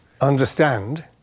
understand